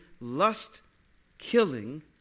lust-killing